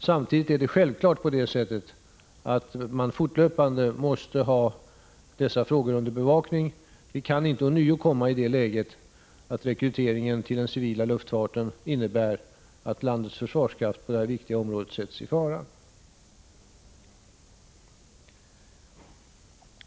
Samtidigt är det självklart att man fortlöpande måste ha dessa frågor under bevakning. Vi kan inte ånyo komma i det läget att rekryteringen till den civila luftfarten innebär att landets försvarskraft på detta viktiga område sätts i fara.